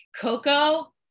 Coco